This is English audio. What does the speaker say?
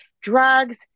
drugs